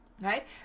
Right